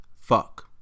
Fuck